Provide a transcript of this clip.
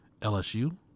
LSU